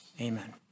Amen